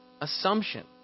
assumption